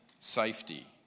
safety